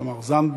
תמר זנדברג.